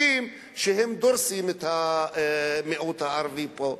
חוקים שהם דורסים את המיעוט הערבי פה.